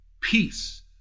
peace